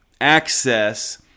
access